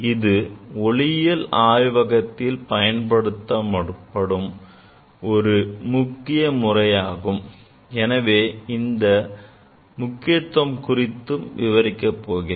இது ஒளியியல் ஆய்வகத்தில் பயன்படுத்தப்படும் ஒரு முக்கிய முறையாகும் எனவே அதன் முக்கியத்துவம் குறித்தும் நான் விவரிக்கப் போகிறேன்